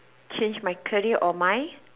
change my career or mind